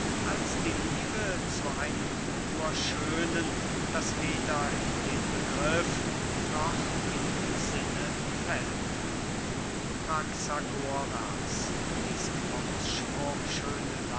als die liebe zu einem urschönen das weder in den begriff noch in die sinne fällt praxagoras diesen ausspruch schöne